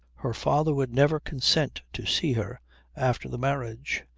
her father would never consent to see her after the marriage.